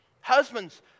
husbands